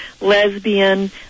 lesbian